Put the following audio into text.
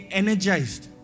energized